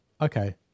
okay